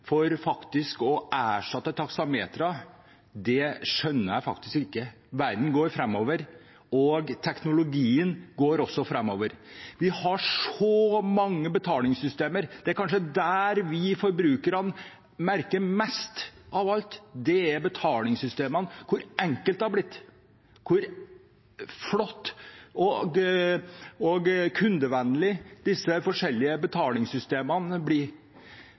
for faktisk å erstatte taksametrene, skjønner jeg faktisk ikke. Verden går framover, og teknologien går også framover. Vi har så mange betalingssystemer. Det er kanskje det vi forbrukere merker mest av alt – betalingssystemene, hvor enkelt det er blitt, hvor flotte og kundevennlige disse forskjellige betalingssystemene